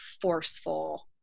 forceful